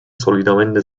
solitamente